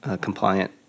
compliant